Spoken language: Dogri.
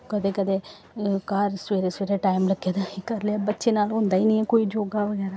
कदें कदें घर सवेरे सवेरे टाईम लग्गै ते असीं करी लेआ बच्चें न होंदा गै निं ऐ कोई योग बगैरा